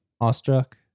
Awestruck